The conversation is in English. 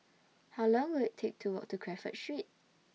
How Long Will IT Take to Walk to Crawford Street